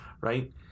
right